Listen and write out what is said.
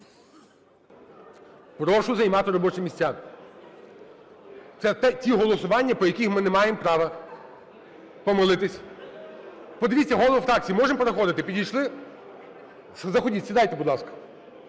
Прошу займати робочі місця. Це ті голосування, по яких ми не маємо права помилитись. Подивіться, голови фракцій, можемо переходити, підійшли? Заходіть, сідайте, будь ласка.